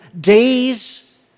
days